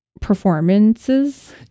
performances